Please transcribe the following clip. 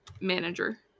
manager